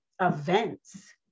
events